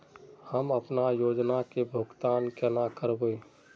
हम अपना योजना के भुगतान केना करबे?